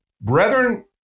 Brethren